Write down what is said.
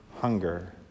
hunger